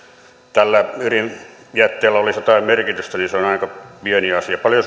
tällä ydinjätteellä olisi jotain merkitystä on aika pieni asia paljon